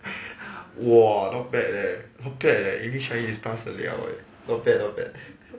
!wah! not bad leh not bad leh english chinese 你 pass 得了 eh not bad not bad